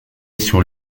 sur